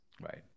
right